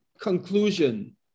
conclusion